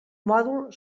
mòdul